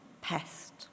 pest